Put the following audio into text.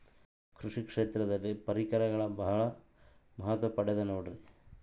ಕೃಷಿ ಕ್ಷೇತ್ರದಲ್ಲಿ ಪರಿಕರಗಳು ಬಹಳ ಮಹತ್ವ ಪಡೆದ ನೋಡ್ರಿ?